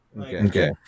Okay